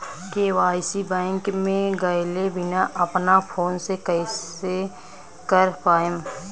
KYC bank मे गएले बिना अपना फोन से कइसे कर पाएम?